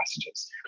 messages